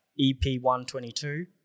EP122